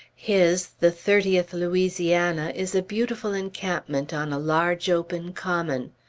his, the thirtieth louisiana, is a beautiful encampment on a large open common.